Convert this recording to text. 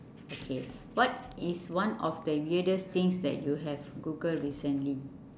okay what is one of the weirdest things that you have googled recently